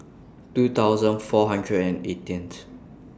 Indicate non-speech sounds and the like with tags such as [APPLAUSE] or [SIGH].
[NOISE] two thousand four hundred and eighteenth